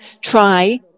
try